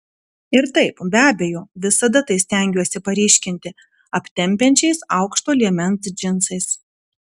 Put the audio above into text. ir taip be abejo visada tai stengiuosi paryškinti aptempiančiais aukšto liemens džinsais